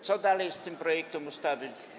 Co dalej z tym projektem ustawy?